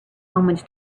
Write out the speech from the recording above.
omens